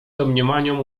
domniemaniom